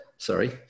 sorry